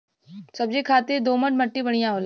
सब्जी खातिर दोमट मट्टी बढ़िया होला